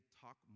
talk